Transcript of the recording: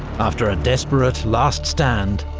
after a desperate last stand,